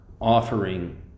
offering